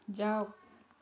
যাওক